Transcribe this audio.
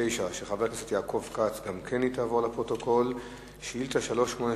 חבר הכנסת חיים אמסלם שאל את השר להגנת הסביבה